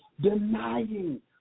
denying